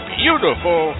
beautiful